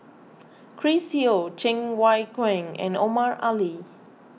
Chris Yeo Cheng Wai Keung and Omar Ali